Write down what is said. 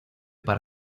para